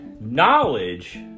Knowledge